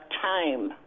time